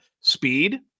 speed